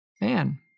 man